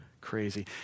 crazy